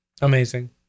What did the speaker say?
Amazing